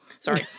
sorry